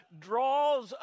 draws